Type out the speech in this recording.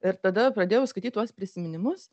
ir tada pradėjau skaityt tuos prisiminimus